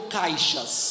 caixas